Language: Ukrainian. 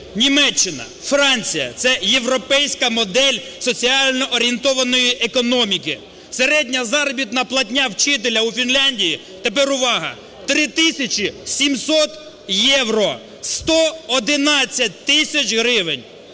Німеччина, Франція, це європейська модель соціально орієнтованої економіки. Середня заробітна платня вчителя у Фінляндії (тепер увага) 3 тисячі 700 євро, 111 тисяч гривень.